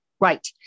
Right